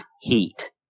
heat